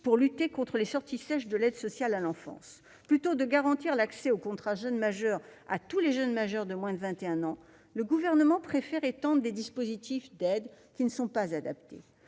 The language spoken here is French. pour lutter contre les sorties sèches de l'aide sociale à l'enfance. Plutôt que de garantir l'accès aux contrats jeunes majeurs à tous les jeunes majeurs de moins de 21 ans, le Gouvernement préfère étendre des dispositifs d'aide qui ne sont pas adaptés.